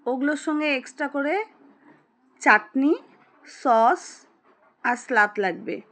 ওগুলোর সঙ্গে এক্সট্রা করে চাটনি সস আর স্যালাড লাগবে